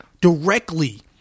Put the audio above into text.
directly